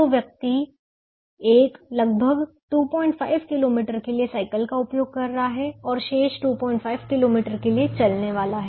तो व्यक्ति 1 लगभग 25 किलोमीटर के लिए साइकिल का उपयोग कर रहा है और शेष 25 किलोमीटर के लिए चलने वाला है